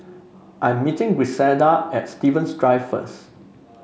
I'm meeting Griselda at Stevens Drive first